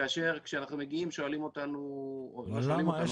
כשאנחנו מגיעים, שואלים אותנו -- למה?